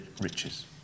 riches